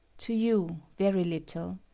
to you, very little.